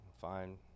fine